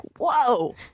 whoa